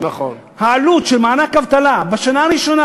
העלות של מענק אבטלה בשנה הראשונה